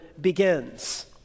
begins